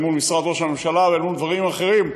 מול משרד ראש הממשלה ואל מול דברים אחרים,